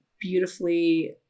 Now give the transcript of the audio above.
beautifully